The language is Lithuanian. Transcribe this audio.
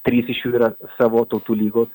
trys iš jų yra savo tautų lygos